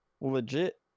legit